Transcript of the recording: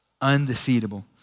undefeatable